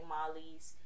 Molly's